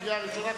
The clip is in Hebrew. לקריאה ראשונה,